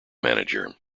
manager